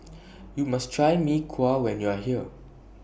YOU must Try Mee Kuah when YOU Are here